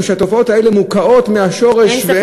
שהתופעות האלה מוקעות מהשורש ואין להן לגיטימיות.